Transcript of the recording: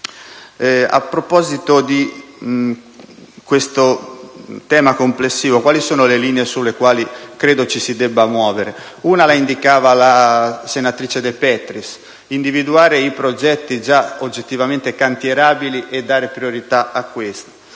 A proposito di questo tema complessivo, quali sono le linee sulle quali credo ci si debba muovere? Una l'ha indicata la senatrice De Petris: individuare i progetti già oggettivamente cantierabili e dare loro priorità.